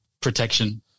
protection